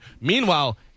Meanwhile